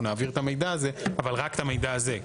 אנחנו נעביר את המידע הזה, אבל רק את המידע הזה,